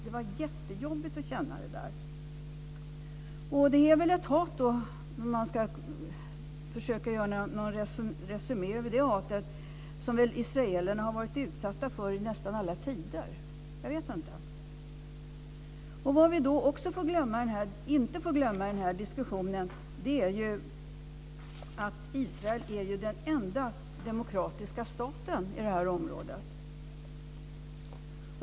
Det var jättejobbigt att vara med om det. Om man ska försöka att göra en resumé var det väl det hatet som israelerna har varit utsatta för under nästan alla tider. Vad man inte heller får glömma i diskussionen är ju att Israel är den enda demokratiska staten i området.